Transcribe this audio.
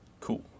Cool